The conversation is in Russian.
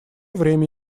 время